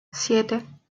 siete